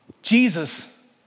Jesus